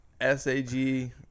S-A-G